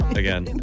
again